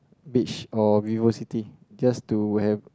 beach or VivoCity just to have